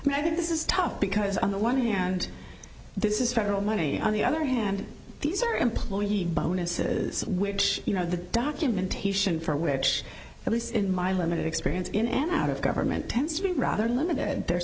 process and i think this is tough because on the one hand this is federal money on the other hand these are employee bonuses which you know the documentation for which at least in my limited experience in and out of government tends to be rather limited